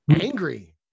Angry